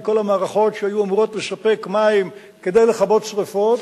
מכל המערכות שהיו אמורות לספק מים כדי לכבות שרפות,